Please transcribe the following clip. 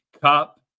Cup